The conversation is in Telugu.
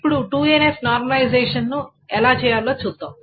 ఇప్పుడు 2NF నార్మలైజషన్ ను ఎలా చేయాలో చూద్దాం